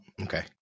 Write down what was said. Okay